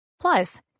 Plus